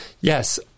yes